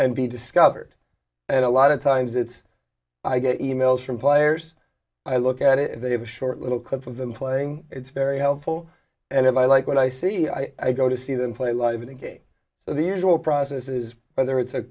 and be discovered and a lot of times it's i get emails from players i look at it and they have a short little clip of them playing it's very helpful and if i like what i see i go to see them play live in a game so the usual process is whether it's a